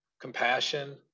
compassion